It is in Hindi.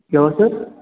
क्या हुआ सर